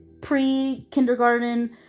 pre-kindergarten